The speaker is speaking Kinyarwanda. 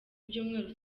ibyumweru